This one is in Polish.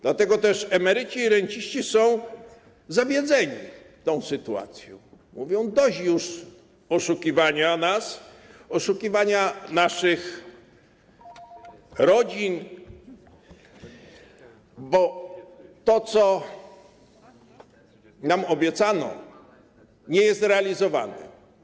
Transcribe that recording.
Dlatego też emeryci i renciści są zawiedzeni tą sytuacją, mówią: dość już oszukiwania nas, oszukiwania naszych rodzin, bo to, co nam obiecano, nie jest realizowane.